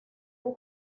greg